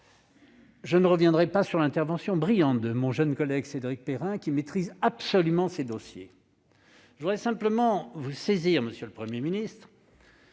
Je ne reviendrai pas non plus sur l'intervention brillante de mon jeune collègue Cédric Perrin, qui maîtrise absolument ces dossiers. Je voudrais simplement vous saisir, monsieur le Premier ministre,